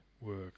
work